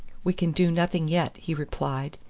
we can do nothing yet, he replied,